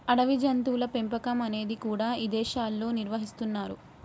అడవి జంతువుల పెంపకం అనేది కూడా ఇదేశాల్లో నిర్వహిస్తున్నరు